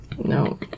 no